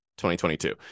2022